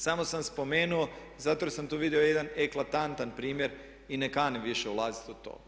Samo sam spomenuo, zato jer sam tu vidio jedan eklatantan primjer i ne kanim više ulaziti u to.